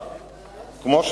כמו,